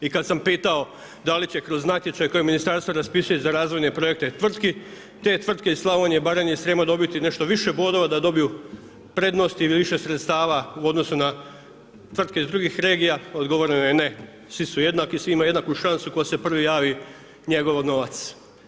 I kada sam pitao da li će kroz natječaj koje ministarstvo raspisuje za razvojne projekte tvrtki te tvrtke iz Slavonije, Baranje i Srijema dobiti nešto više bodova da dobiju prednost ili više sredstava u odnosu na tvrtke iz drugih regija odgovoreno je ne, svi su jednaki, svi imaju jednaku šansu, tko se prvi javi njegov novac.